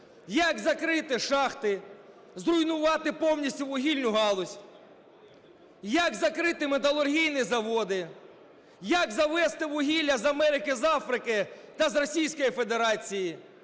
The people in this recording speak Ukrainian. як закрити шахти, зруйнувати повністю вугільну галузь, як закрити металургійні заводи, як завезти вугілля з Америки, з Африки та з Російської Федерації,